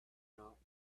not